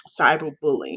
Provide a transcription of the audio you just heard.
cyberbullying